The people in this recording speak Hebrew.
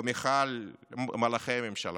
במחאה על מהלכי הממשלה,